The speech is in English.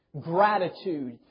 gratitude